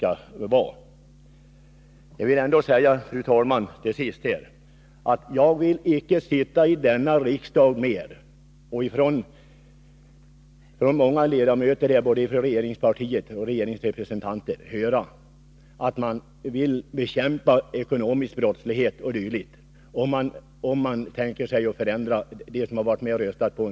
Låt mig till sist säga, fru talman, att jag icke längre vill sitta i denna kammare och från många håll — från både regeringsledamöter och andra företrädare för regeringspartiet — höra sägas att man vill bekämpa ekonomisk brottslighet o. d., om man samtidigt tänker sig att förändra vad centern här röstat för.